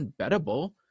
unbettable